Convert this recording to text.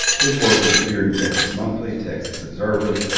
his work has appeared in texas monthly, texas observer,